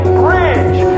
bridge